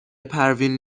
پروین